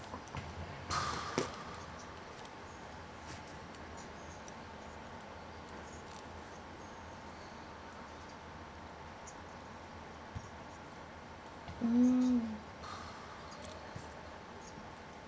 mm